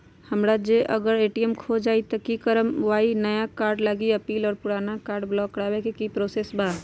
हमरा से अगर ए.टी.एम कार्ड खो जतई तब हम कईसे करवाई नया कार्ड लागी अपील और पुराना कार्ड ब्लॉक करावे के प्रोसेस का बा?